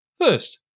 First